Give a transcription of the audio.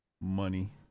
money